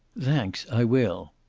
thanks, i will.